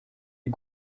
die